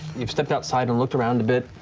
you've stepped outside and looked around a bit.